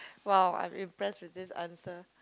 !wow! I'm impressed with this answer